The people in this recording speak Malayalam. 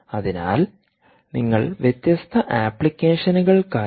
അതിനാൽ നിങ്ങൾ വ്യത്യസ്ത അപ്ലിക്കേഷനുകൾക്കായി